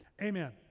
amen